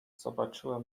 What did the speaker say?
zobaczyłem